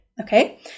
Okay